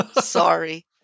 Sorry